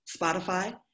Spotify